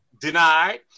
denied